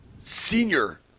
senior